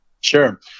sure